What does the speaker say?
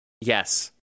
Yes